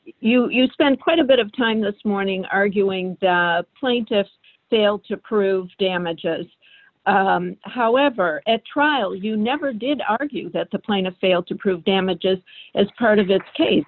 you you spent quite a bit of time this morning arguing plaintiffs fail to prove damages however at trial you never did argue that the plaintiff failed to prove damages as part of its case